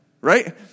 right